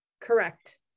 Correct